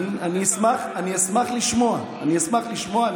אני אשמח לשמוע, אני אשמח לשמוע.